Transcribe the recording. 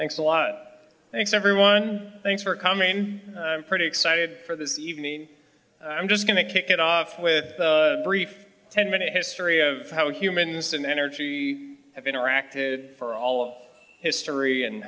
thanks a lot thanks everyone thanks for coming in pretty excited for this evening i'm just going to kick it off with the brief ten minute history of how humans and energy have interacted for all of history and